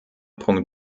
punkt